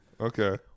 Okay